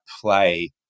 play